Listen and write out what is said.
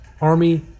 Army